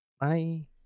Bye